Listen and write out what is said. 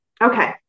Okay